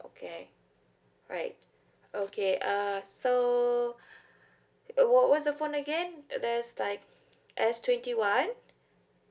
okay right okay uh so uh what what's the phone again there's like s twenty one